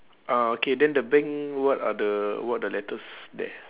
ah okay then the bank what are the what the letters there